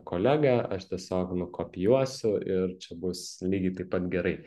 kolega aš tiesiog nukopijuosiu ir čia bus lygiai taip pat gerai